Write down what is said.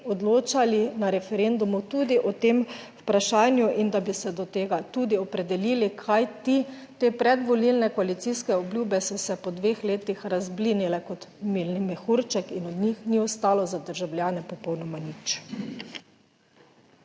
na referendumu tudi o tem vprašanju in da bi se do tega tudi opredelili, kajti te predvolilne koalicijske obljube so se po dveh letih razblinile. Kot mehurček in od njih ni ostalo za državljane popolnoma nič.